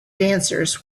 dancers